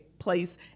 Place